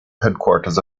headquarters